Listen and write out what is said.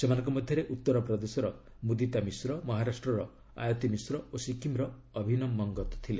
ସେମାନଙ୍କ ମଧ୍ୟରେ ଉତ୍ତର ପ୍ରଦେଶର ମୁଦିତା ମିଶ୍ର ମହାରାଷ୍ଟ୍ରର ଆୟତୀ ମିଶ୍ର ଓ ସିକ୍କିମ୍ର ଅଭିନମ ମଙ୍ଗତ୍ ଥିଲେ